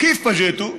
כיף פג'יתו?